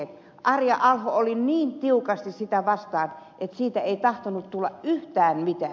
arja alho oli niin tiukasti sitä vastaan että siitä ei tahtonut tulla yhtään mitään